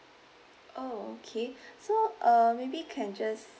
oh okay so uh maybe can just